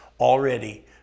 already